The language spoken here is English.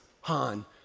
Han